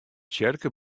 tsjerke